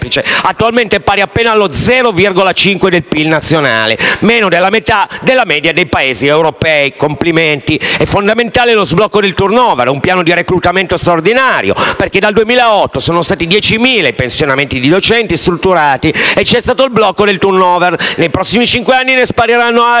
attualmente pari appena allo 0,5 per cento del PIL nazionale, ovvero meno della metà della media dei Paesi europei: complimenti! Sono fondamentali lo sblocco del *turnover* e un piano di reclutamento straordinario. Dal 2008 sono stati 10.000 i pensionamenti di docenti strutturati e c'è stato il blocco del *turnover* e nei prossimi cinque anni ne spariranno altri